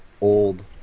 old